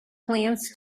plans